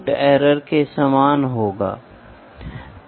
तो फिर मेरे साधन में एक त्रुटि है